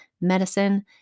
medicine